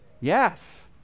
Yes